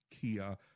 Kia